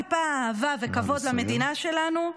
טיפה אהבה וכבוד למדינה שלנו,